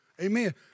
Amen